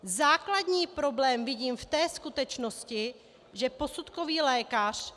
Základní problém vidím v té skutečnosti, že posudkový lékař